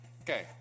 Okay